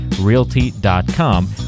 realty.com